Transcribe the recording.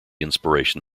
inspiration